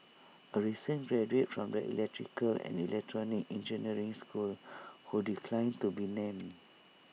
A recent graduate from the electrical and electronic engineering school who declined to be named